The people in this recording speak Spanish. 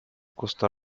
costa